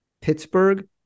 Pittsburgh